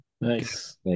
Nice